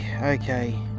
okay